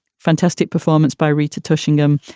fantastic performance by rita touching them.